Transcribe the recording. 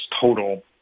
total